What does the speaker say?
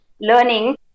learning